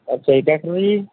ਅੱਛਾ ਜੀ ਟਰੈਕਟਰ ਜੀ